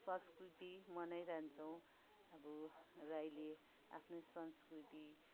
संस्कृति मनाइरहन्छौँ अब राईले आफ्नो संस्कृति